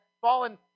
fallen